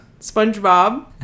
SpongeBob